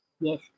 Yes